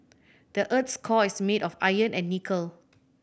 the earth's core is made of iron and nickel